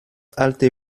alte